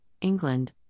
England